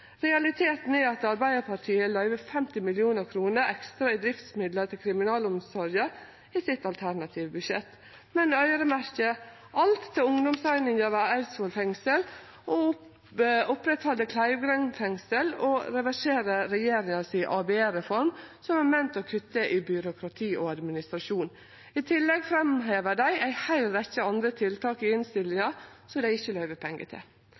Realiteten er at Arbeidarpartiet løyver 50 mill. kr ekstra i driftsmidlar til kriminalomsorga i det alternative budsjettet sitt, men øyremerkjer alt til ungdomseininga ved Eidsvoll fengsel og til å oppretthalde Kleivgrend fengsel og reversere regjeringa si ABE-reform, som er meint å kutte i byråkrati og administrasjon. I tillegg framhevar dei ei heil rekkje andre tiltak i innstillinga som dei ikkje